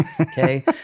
okay